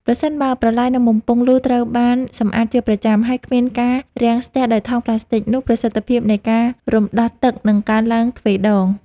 ប្រសិនបើប្រឡាយ និងបំពង់លូត្រូវបានសម្អាតជាប្រចាំ ហើយគ្មានការរាំងស្ទះដោយថង់ប្លាស្ទិក នោះប្រសិទ្ធភាពនៃការរំដោះទឹកនឹងកើនឡើងទ្វេដង។